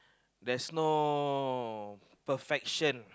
there's no perfection